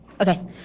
okay